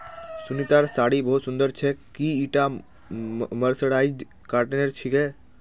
सुनीतार साड़ी बहुत सुंदर छेक, की ईटा मर्सराइज्ड कॉटनेर छिके